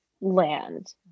land